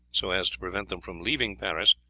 so as to prevent them from leaving paris,